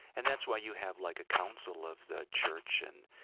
and that's why you have, like, a council of the church and